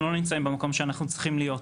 לא נמצאים במקום שאנחנו צריכים להיות.